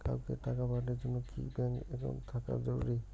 কাউকে টাকা পাঠের জন্যে কি ব্যাংক একাউন্ট থাকা জরুরি?